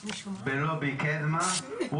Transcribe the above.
ב-1927.